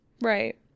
right